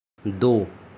دو